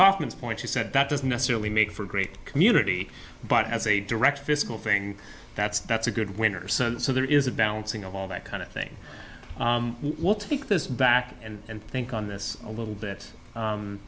kaufman's point she said that doesn't necessarily make for great community but as a direct physical thing that's that's a good winners and so there is a balancing of all that kind of thing what take this back and think on this a little bit